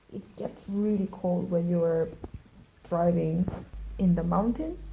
it gets really cold when you are driving in the mountain.